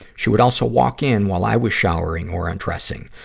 she would also walk in while i was showering or undressing.